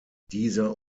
dieser